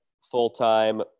full-time